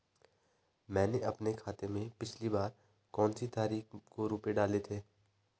मैंने अपने खाते में पिछली बार कौनसी तारीख को रुपये डाले थे?